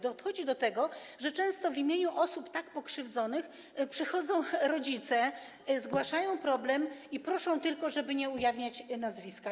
Dochodzi do tego, że często w imieniu osób tak pokrzywdzonych przychodzą rodzice, zgłaszają problem i tylko proszą, żeby nie ujawniać nazwiska.